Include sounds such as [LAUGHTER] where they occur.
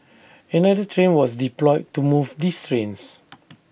another train was deployed to move these trains [NOISE]